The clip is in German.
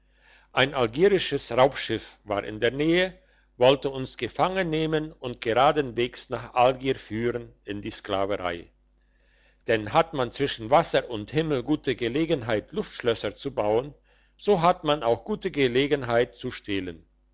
ein algierisches raubschiff war in der nähe wollte uns gefangen nehmen und geraden wegs nach algier führen in die sklaverei denn hat man zwischen wasser und himmel gute gelegenheit luftschlösser zu bauen so hat man auch gute gelegenheit zu stehlen